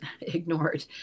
ignored